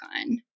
on